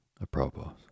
apropos